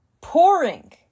pouring